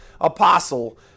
apostle